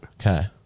Okay